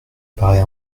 paraît